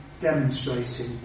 demonstrating